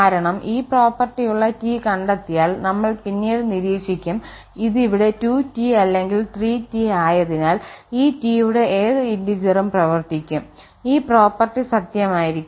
കാരണം ഈ പ്രോപ്പർട്ടിയുള്ള T കണ്ടെത്തിയാൽ നമ്മൾ പിന്നീട് നിരീക്ഷിക്കും ഇത് ഇവിടെ 2T അല്ലെങ്കിൽ 3T ആയതിനാൽ ഈ T യുടെ ഏത് ഇന്റിജറും പ്രവർത്തിക്കും ഈ പ്രോപ്പർട്ടി സത്യമായിരിക്കും